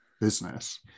business